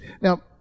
now